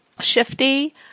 shifty